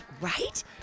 Right